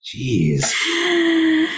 Jeez